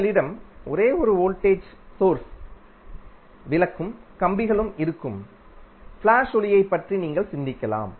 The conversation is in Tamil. உங்களிடம் ஒரே ஒரு வோல்டேஜ் ஸோர்ஸ் விளக்கும் கம்பிகளும் இருக்கும் ஃபளாஷ் ஒளியைப் பற்றி நீங்கள் சிந்திக்கலாம்